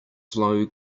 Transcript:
slow